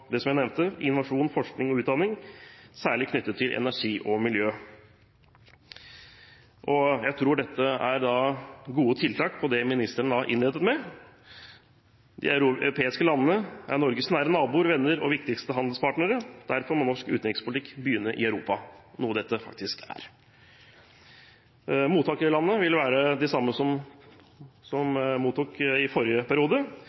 det som jeg nevnte: innovasjon, forskning og utdanning, særlig knyttet til energi og miljø. Jeg tror dette er gode tiltak for det ministeren innledet med: «De europeiske landene er Norges nære naboer, venner og viktigste handelspartnere. Derfor må norsk utenrikspolitikk begynne i Europa.» Det er jo det dette faktisk er. Mottakerlandene vil være de samme som mottok støtte i forrige periode, med unntak av Spania, som